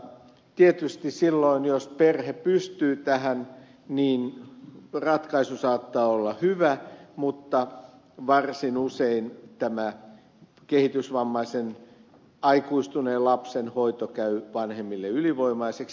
tietysti silloin jos perhe pystyy tähän ratkaisu saattaa olla hyvä mutta varsin usein tämä kehitysvammaisen aikuistuneen lapsen hoito käy vanhemmille ylivoimaiseksi